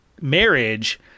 marriage